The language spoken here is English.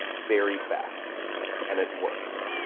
very fast and it works.